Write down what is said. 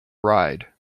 ride